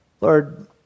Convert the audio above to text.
Lord